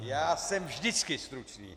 Já jsem vždycky stručný!